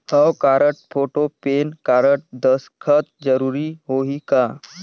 हव card, photo, PAN card, दस्खत जरूरी होही का?